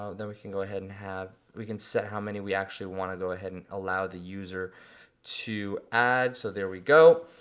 ah then we can go ahead and have, we can set how many we actually wanna go ahead and allow the user to add, so there we go.